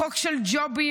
בחוק של ג'ובים,